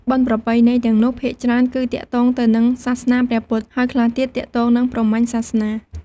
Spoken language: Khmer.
បុណ្យប្រពៃណីទាំងនោះ ភាគច្រើនគឺទាក់ទងទៅនឹងសាសនាព្រះពុទ្ធហើយខ្លះទៀតទាក់ទងនិងព្រាហ្មណ៍សាសនា ។